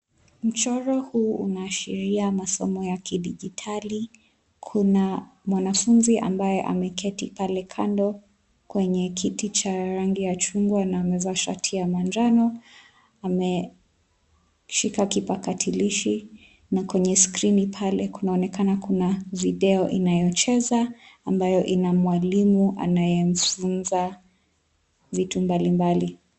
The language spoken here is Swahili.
Mchoro huu unaashiria masomo ya kidijitali, kuna mwanafunzi ambaye ameketi pale kando kwenye kiti cha rangi ya chungwa na amevaa shati ya manjano, ameshika kipakatalishi na kwenye skrini pale kunaonekana kuna video inayocheza, ambayo ina mwalimu anayemfunza vitu mbalimbali.